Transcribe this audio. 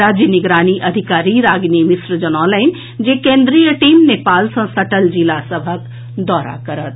राज्य निगरानी अधिकारी रागिनी मिश्र जनौलनि जे केंद्रीय टीम नेपाल सँ सटल जिला सभक दौरा करत